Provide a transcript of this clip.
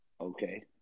Okay